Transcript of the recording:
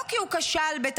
לא כי הוא כשל בתפקידו,